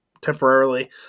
temporarily